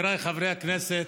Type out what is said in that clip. חבריי חברי הכנסת,